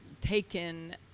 taken